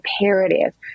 imperative